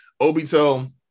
Obito